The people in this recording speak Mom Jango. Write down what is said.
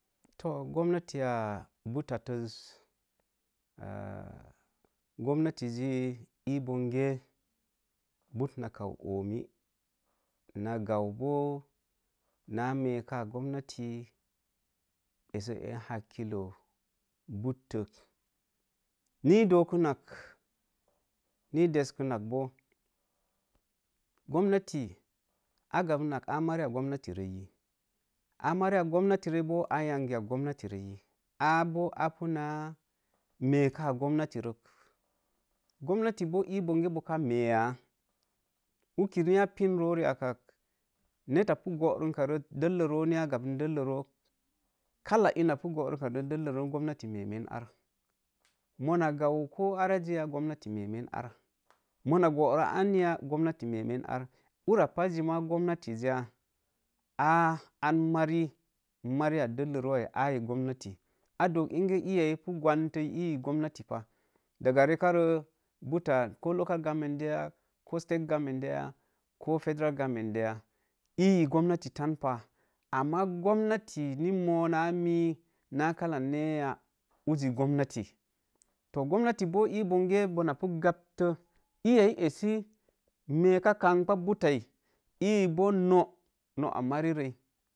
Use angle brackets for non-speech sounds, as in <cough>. To gomnati a buttatəs, <hesitation> gomnati ji ii bonge bot na gau oomi na gom boo nə meeka gomnati essə en hakilo, boot tot, ni ii dookunak, ni ii deskən nak boo gomnati, a gainnak ə mariya gomnati rei yi, ə mariya boo a yangiya gomnati rei yi a boo a pu nə meekə gomnati rek, gomnati boo ii bonge boo ka meya, uki ne pin roo riak, netta, pu, boorumpa roo delloroo kalla ina pu boorum dello roo gomnati memen ar, muna boro anya gomnati memen ar. Ura pazzi mə gomnatis ya? Ə an mariya delloro ai a yi gomnati, ii gdook inge ii ya ipu gwantei ii gomnati pa. Daga rekarə buta tco local government yə, ko state gomment de yə, ko federal goment de yə ii, gomnati tan pa, maz gomnati ni moo namik nə kalla neeya uzi gomnati gomnati boo ii bonge bona pu gaptə, ii ya i esse meeka kampa but tai, ii boo noog, noog a marirei.